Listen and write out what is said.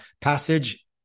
passage